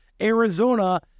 Arizona